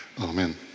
Amen